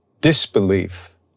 disbelief